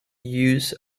use